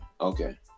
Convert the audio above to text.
okay